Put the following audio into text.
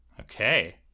okay